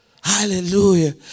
Hallelujah